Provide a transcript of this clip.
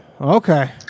Okay